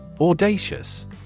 Audacious